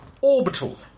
Orbital